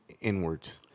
inwards